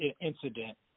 incident